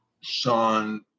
Sean